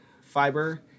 fiber